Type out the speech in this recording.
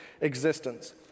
existence